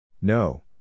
No